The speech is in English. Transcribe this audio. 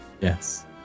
Yes